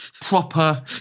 proper